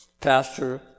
Pastor